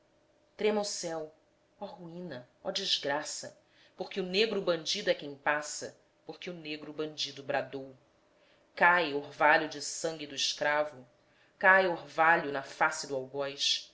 trema o céu ó ruína ó desgraça porque o negro bandido é quem passa porque o negro bandido bradou cai orvalho de sangue do escravo cai orvalho na face do algoz